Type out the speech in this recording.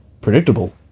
predictable